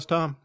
Tom